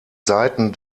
seiten